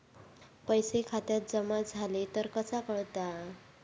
पैसे खात्यात जमा झाले तर कसा कळता?